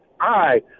Hi